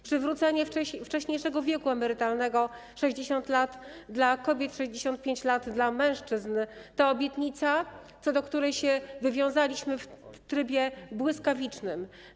Przywrócenie wcześniejszego wieku emerytalnego - 60 lat dla kobiet, 65 lat dla mężczyzn - to obietnica, z której się wywiązaliśmy w trybie błyskawicznym.